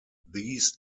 these